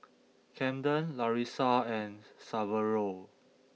Camden Larissa and Saverio